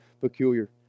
peculiar